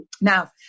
Now